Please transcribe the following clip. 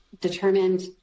determined